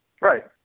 Right